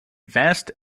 vast